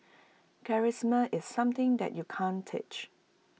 charisma is something that you can't teach